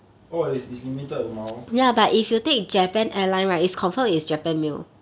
oh is is limited amount